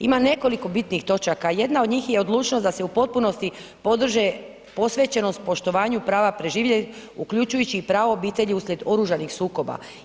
Ima nekoliko bitnih točaka, jedan od njih je odlučnost da se u potpunosti podrže posvećenost poštovanju prava preživjelih uključujući i pravo obitelji uslijed oružanih sukoba.